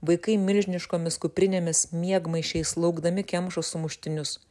vaikai milžiniškomis kuprinėmis miegmaišiais laukdami kemša sumuštinius